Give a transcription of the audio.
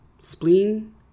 spleen